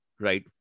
right